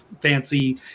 fancy